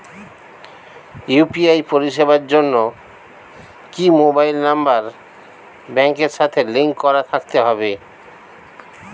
UPI পরিষেবার জন্য কি মোবাইল নাম্বার ব্যাংকের সাথে লিংক করা থাকতে হবে?